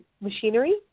machinery